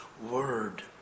Word